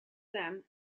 them